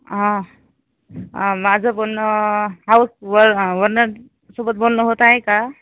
हां माझं बोलणं हाऊस वर्ल्ड वनसोबत बोलणं होत आहे का